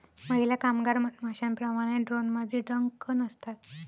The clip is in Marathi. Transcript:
महिला कामगार मधमाश्यांप्रमाणे, ड्रोनमध्ये डंक नसतात